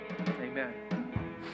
Amen